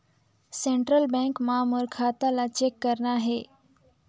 Central bank मां मोर खाता ला चेक करना हे?